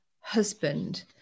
husband